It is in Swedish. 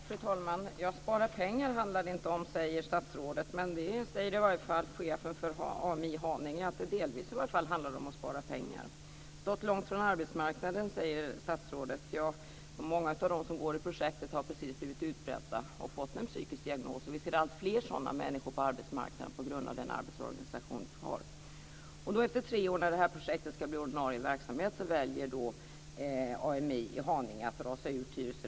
Fru talman! Statsrådet säger att det inte handlar om att spara pengar. Men chefen för AMI i Haninge säger i alla fall att det delvis handlar om det. Statsrådet säger att man har stått långt från arbetsmarknaden. Många av dem som deltar i projektet har precis blivit utbrända och fått en psykisk diagnos. Vi ser alltfler sådana människor på arbetsmarknaden på grund av den arbetsorganisation som vi har. Nu efter tre år när projektet ska bli ordinarie verksamhet väljer AMI i Haninge att dra sig ur Tyresö Rehab.